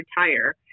retire